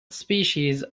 species